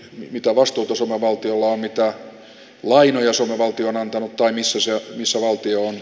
mitä vastuutusa valtiolla on mittaa puoli jossa valtio on antanut toni sysi osavaltion